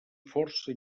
força